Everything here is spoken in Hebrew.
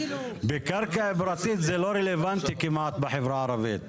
בקרקע פרטית, זה לא רלוונטי כמעט בחברה הערבית.